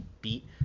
beat